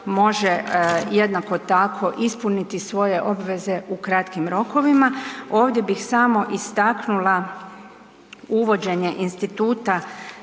može jednako tako ispuniti svoje obveze u kratkim rokovima. Ovdje bih samo istaknula uvođenje instituta